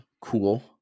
cool